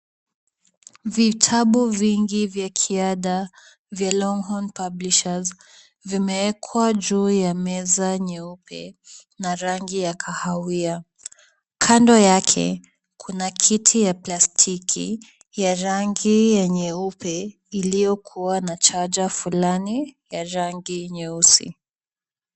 Vitabu vingi vya kiada vya Longhorn Publishers, vimeekwa juu ya meza nyeupe na rangi ya kahawia. Kando yake, kuna kiti cha plastiki, ya rangi nyeupe, iliyokuwa na chaja fulani, ya rangi nyeusi